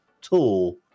tool